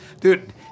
dude